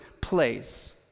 place